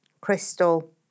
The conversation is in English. Crystal